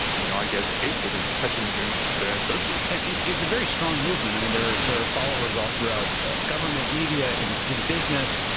you know i guess, hates it, and especially within so and turkey. and it's it's a very strong movement. i mean, there are there are followers all throughout government, media, in in business.